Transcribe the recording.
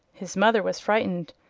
his mother was frightened,